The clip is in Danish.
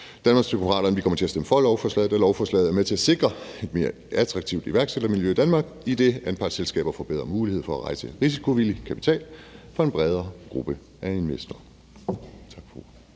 Danmarksdemokraterne kommer til at stemme for lovforslaget, da lovforslaget er med til at sikre et mere attraktivt iværksættermiljø i Danmark, idet anpartsselskaber får bedre muligheder for at rejse risikovillig kapital for en bredere gruppe af investorer.